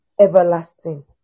everlasting